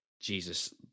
Jesus